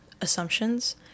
assumptions